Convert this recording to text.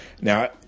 Now